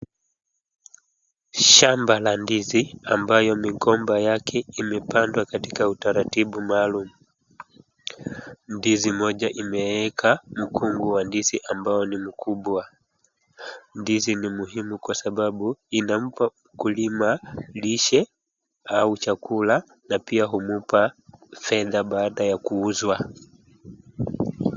Shamba la ndizi ambayo migomba yake imepandwa katika utaratibu maalum. Ndizi moja imeweka mkungu wa ndizi ambao ni mkubwa, ndizi ni muhimu kwa sababu inampa mkulima lishe au chakula na pia humpa fedha baada ya kuuzwa.